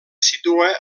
situa